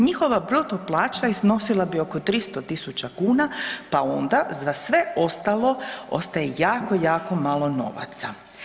Njihova bruto plaća iznosila bi oko 300.000 kuna pa onda za sve ostalo ostaje jako, jako malo novaca.